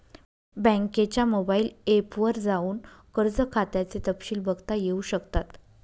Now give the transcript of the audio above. बँकेच्या mobile app वर जाऊन कर्ज खात्याचे तपशिल बघता येऊ शकतात